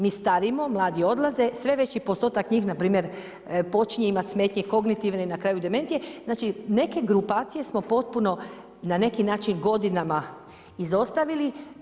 Mi starimo, mladi odlaze, sve veći postotak njih npr. počinje imati smetnje kognitivne i na kraju demencije, znači grupacije smo potpuno na neki način godinama izostavili.